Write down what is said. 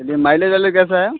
औ भैया माईलेज वाईलेज कैसा है